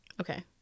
Okay